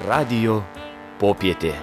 radijo popietė